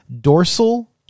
dorsal